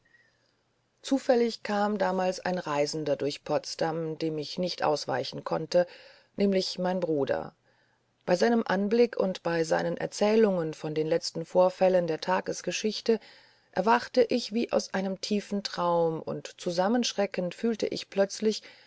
zufällig kam damals ein reisender durch potsdam dem ich nicht ausweichen konnte nämlich mein bruder bei seinem anblick und bei seinen erzählungen von den letzten vorfällen der tagesgeschichte erwachte ich wie aus einem tiefen traume und zusammenschreckend fühlte ich plötzlich